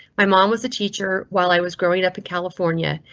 my mom was a teacher while i was growing up in california.